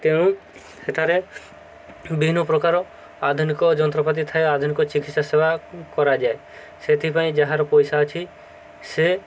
ତେଣୁ ସେଠାରେ ବିଭିନ୍ନ ପ୍ରକାର ଆଧୁନିକ ଯନ୍ତ୍ରପାତି ଥାଏ ଆଧୁନିକ ଚିକିତ୍ସା ସେବା କରାଯାଏ ସେଥିପାଇଁ ଯାହାର ପଇସା ଅଛି ସେ